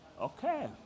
Okay